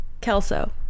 Kelso